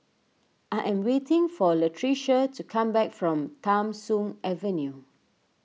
I am waiting for Latricia to come back from Tham Soong Avenue